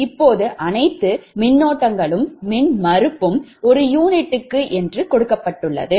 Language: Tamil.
இப்போது அனைத்து மின்னோட்டங்களும் மின்மறுப்பும் ஒரு யூனிட்டுக்கு என்று கொடுக்கப்பட்டுள்ளது